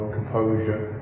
composure